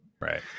Right